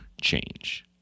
change